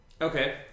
Okay